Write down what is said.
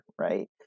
right